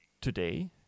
Today